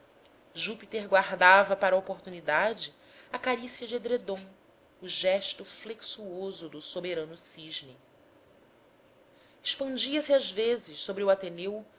júpiter guardava para a oportunidade a carícia de edredom o gesto flexuoso do soberano cisne expandia-se às vezes sobre o ateneu